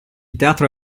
teatro